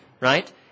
right